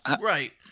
Right